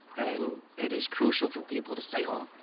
and it is crucial for people to stay home.